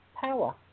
power